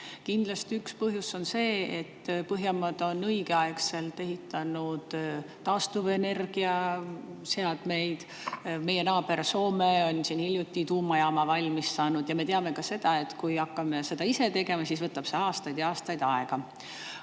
Kindlasti üks põhjus on see, et põhjamaad on õigeaegselt ehitanud taastuvenergiaseadmeid, meie naaber Soome on hiljuti tuumajaama valmis saanud ja me teame ka seda, et kui me hakkame seda ise tegema, siis võtab see aastaid ja aastaid aega.